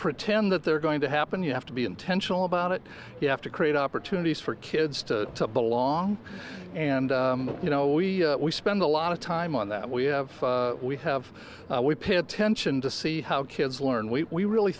pretend that they're going to happen you have to be intentional about it you have to create opportunities for kids to belong and you know we spend a lot of time on that we have we have we pay attention to see how kids learn we really